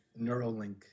Neuralink